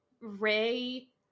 ray